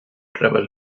travel